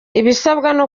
ibisabwa